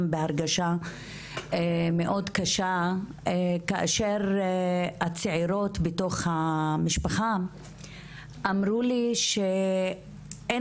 בהרגשה מאוד קשה זה כאשר הצעירות בתוך המשפחה אמרו לי שאין